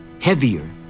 heavier